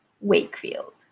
Wakefield